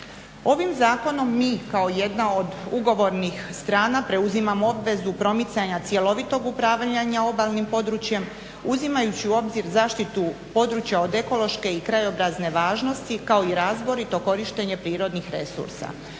Ovim zakonom mi kao jedna od ugovornih strana preuzimamo obvezu promicanja cjelovitog upravljanja obalnim područjem, uzimajući u obzir zaštitu područja od ekološke i krajobrazne važnosti kao i razborito korištenje prirodnih resursa.